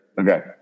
Okay